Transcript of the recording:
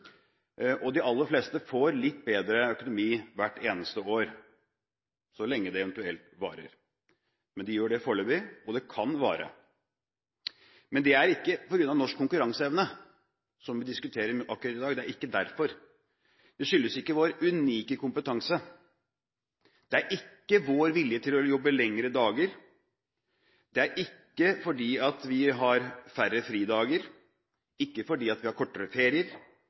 og de aller fleste får litt bedre økonomi hvert eneste år, så lenge det eventuelt varer. De gjør det foreløpig – og det kan vare. Men det er ikke på grunn av norsk konkurranseevne – som vi diskuterer akkurat i dag – det er ikke derfor. Det skyldes ikke vår unike kompetanse, det skyldes ikke vår vilje til å jobbe lengre dager. Det er ikke fordi vi har færre fridager, ikke fordi vi har kortere ferier,